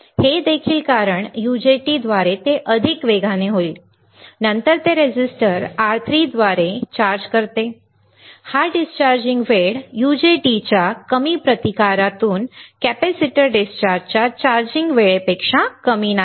हे देखील कारण UJT द्वारे ते अधिक वेगाने होते नंतर ते रेझिस्टर R3 द्वारे चार्ज करते बरोबर हा डिस्चार्जिंग वेळ UJT च्या कमी प्रतिकारातून कॅपेसिटर डिस्चार्जच्या चार्जिंग वेळेपेक्षा कमी नाही